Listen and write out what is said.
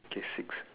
okay six